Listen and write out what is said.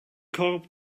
korb